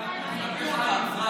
מה עם האלימות כלפי מזרחי?